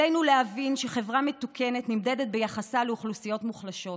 עלינו להבין שחברה מתוקנת נמדדת ביחסה לאוכלוסיות מוחלשות.